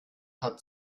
hat